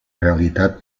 realitat